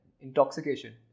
intoxication